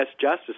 Justice